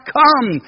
come